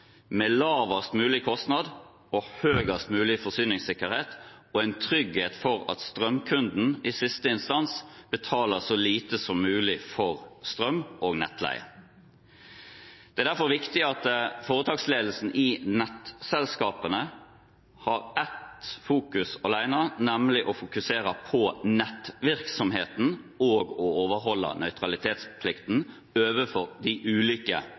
med lavest mulig kostnad og høyest mulig forsyningssikkerhet og en trygghet for at strømkunden i siste instans betaler så lite som mulig for strøm og nettleie. Det er derfor viktig at foretaksledelsen i nettselskapene fokuserer på nettvirksomheten og på å overholde nøytralitetsplikten overfor de ulike